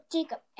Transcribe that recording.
Jacob